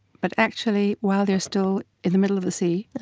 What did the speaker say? but actually while they're still in the middle of the sea.